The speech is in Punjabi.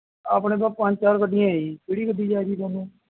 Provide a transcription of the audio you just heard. ਆਪਣੇ ਪਾ ਪੰਜ ਚਾਰ ਗੱਡੀਆਂ ਹੈ ਜੀ ਕਿਹੜੀ ਗੱਡੀ ਚਾਹੀਦੀ ਤੁਹਾਨੂੰ